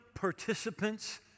participants